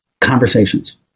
conversations